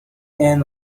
end